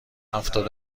هفتاد